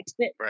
Right